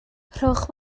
rhowch